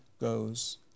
goes